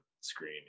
screen